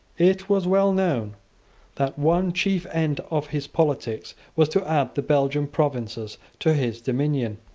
it was well known that one chief end of his politics was to add the belgian provinces to his dominions.